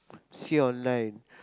see online